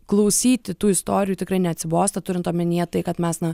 klausyti tų istorijų tikrai neatsibosta turint omenyje tai kad mes na